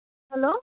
hello